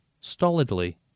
stolidly